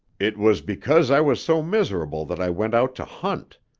it was because i was so miserable that i went out to hunt.